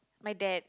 my dad